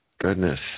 goodness